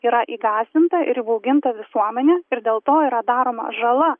yra įgąsdinta ir įbauginta visuomenė ir dėl to yra daroma žala